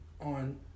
on